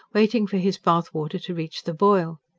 waiting for his bath-water to reach the boil.